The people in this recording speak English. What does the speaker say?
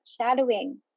shadowing